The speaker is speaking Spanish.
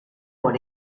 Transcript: por